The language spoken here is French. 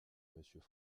monsieur